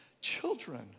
children